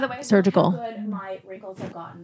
surgical